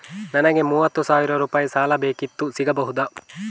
ನನಗೆ ಮೂವತ್ತು ಸಾವಿರ ರೂಪಾಯಿ ಸಾಲ ಬೇಕಿತ್ತು ಸಿಗಬಹುದಾ?